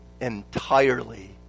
entirely